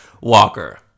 Walker